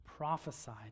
prophesied